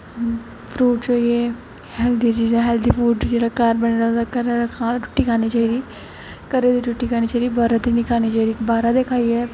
fruits होई गे healthy चीजां जेह्का घर बने दा होऐ घरा दा रुट्टी खानी चाहिदी घरा दी रुट्टी खानी चाहिदी बाह्रा दा निं खानी चाहिदा बाह्रा दा खाइयै